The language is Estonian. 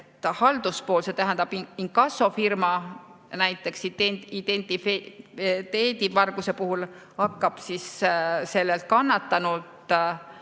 halduspool, see tähendab inkassofirma, näiteks identiteedivarguse puhul hakkab kannatanult